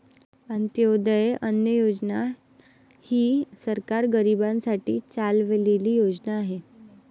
अंत्योदय अन्न योजना ही सरकार गरीबांसाठी चालवलेली योजना आहे